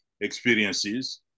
experiences